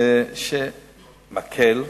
מקל,